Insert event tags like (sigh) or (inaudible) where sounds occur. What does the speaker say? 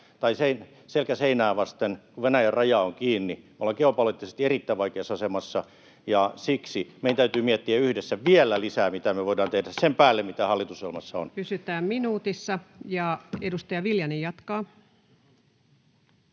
tai selkä seinää vasten, kun Venäjän raja on kiinni. Me ollaan geopoliittisesti erittäin vaikeassa asemassa, (noise) ja siksi meidän täytyy miettiä yhdessä vielä lisää, mitä me voidaan tehdä sen päälle, mitä hallitusohjelmassa on. Pysytään minuutissa. — Edustaja Viljanen jatkaa.